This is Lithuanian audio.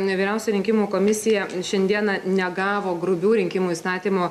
vyriausia rinkimų komisija šiandieną negavo grubių rinkimų įstatymo